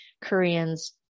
Koreans